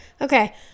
Okay